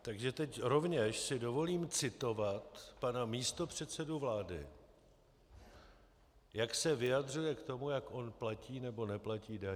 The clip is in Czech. Takže teď rovněž si dovolím citovat pana místopředsedu vlády, jak se vyjadřuje k tomu, jak on platí nebo neplatí daně.